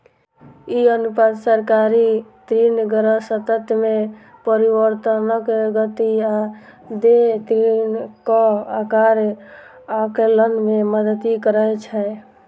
ई अनुपात सरकारी ऋणग्रस्तता मे परिवर्तनक गति आ देय ऋणक आकार आकलन मे मदति करै छै